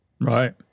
Right